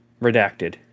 redacted